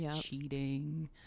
cheating